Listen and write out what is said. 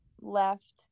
left